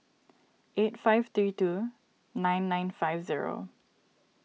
eight five three two nine nine five zero